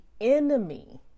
enemy